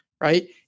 Right